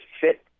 fit